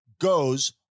goes